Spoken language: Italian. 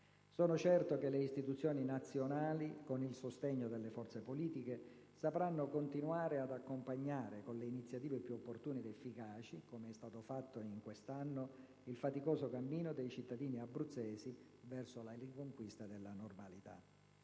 Sono certo che le istituzioni nazionali - con il sostegno delle forze politiche -sapranno continuare ad accompagnare con le iniziative più opportune ed efficaci, come è stato fatto in quest'anno, il faticoso cammino dei cittadini abruzzesi verso la riconquista della normalità.